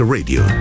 Radio